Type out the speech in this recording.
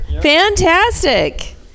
Fantastic